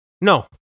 No